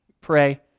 Pray